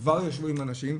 כבר ישבו עם אנשים,